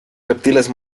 reptiles